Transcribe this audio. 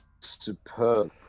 superb